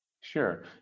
Sure